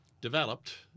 developed